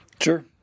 Sure